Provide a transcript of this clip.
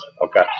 Okay